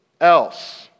else